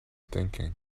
thinking